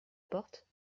porte